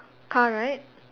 car right